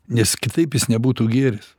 nes kitaip jis nebūtų gėris